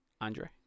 Andre